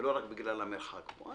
ולא רק בגלל המרחק פה.